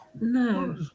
no